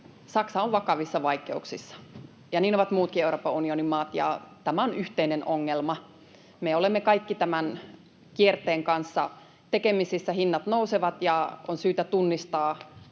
Saksa on vakavissa vaikeuksissa, ja niin ovat muutkin Euroopan unionin maat, ja tämä on yhteinen ongelma. Me olemme kaikki tämän kierteen kanssa tekemisissä. Hinnat nousevat, ja on syytä tunnistaa